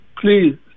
Please